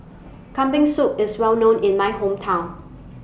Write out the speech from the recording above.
Kambing Soup IS Well known in My Hometown